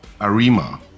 Arima